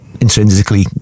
intrinsically